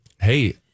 Hey